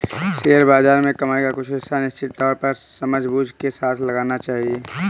share बाज़ार में कमाई का कुछ हिस्सा निश्चित तौर पर समझबूझ के साथ लगाना चहिये